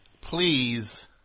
Please